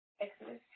Exodus